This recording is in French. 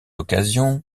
occasion